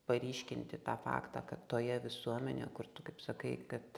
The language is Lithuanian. paryškinti tą faktą kad toje visuomenėje kur tu kaip sakai kad